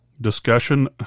discussion